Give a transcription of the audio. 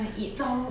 找